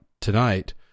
tonight